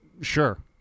sure